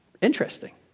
Interesting